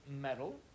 metal